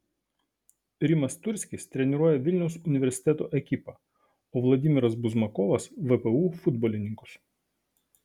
rimas turskis treniruoja vilniaus universiteto ekipą o vladimiras buzmakovas vpu futbolininkus